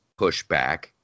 pushback